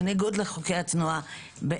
בניגוד לחוקי התנועה,